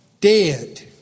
dead